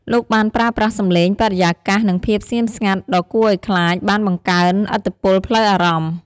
លោកបានប្រើប្រាស់សំឡេង បរិយាកាស និងភាពស្ងៀមស្ងាត់ដ៏គួរឱ្យខ្លាច បានបង្កើនឥទ្ធិពលផ្លូវអារម្មណ៍។